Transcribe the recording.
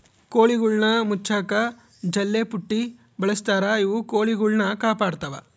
ಕೋಳಿಗುಳ್ನ ಮುಚ್ಚಕ ಜಲ್ಲೆಪುಟ್ಟಿ ಬಳಸ್ತಾರ ಇವು ಕೊಳಿಗುಳ್ನ ಕಾಪಾಡತ್ವ